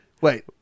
Wait